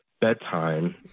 bedtime